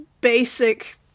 basic